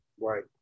Right